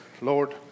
Lord